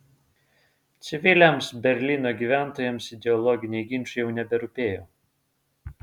civiliams berlyno gyventojams ideologiniai ginčai jau neberūpėjo